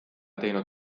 teinud